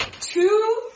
two